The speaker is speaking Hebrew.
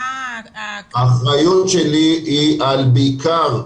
האחריות שלי היא בעיקר,